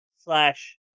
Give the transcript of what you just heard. slash